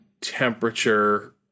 temperature